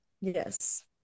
Yes